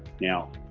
now